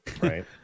right